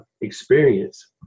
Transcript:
experience